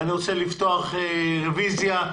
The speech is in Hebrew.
רביזיה.